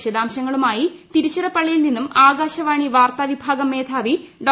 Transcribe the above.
വിശദാംശങ്ങളുമായി തിരുച്ചിറപ്പള്ളിയിൽ നിന്നും ആകാശവാണി വാർത്താവിഭാഗം മേധാവി ഡോ